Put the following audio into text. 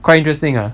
quite interesting ah